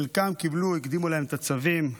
לחלקם הקדימו את הצווים,